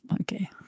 Okay